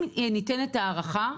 אם ניתנת הארכה,